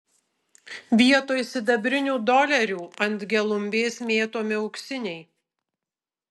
vietoj sidabrinių dolerių ant gelumbės mėtomi auksiniai